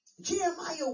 Jeremiah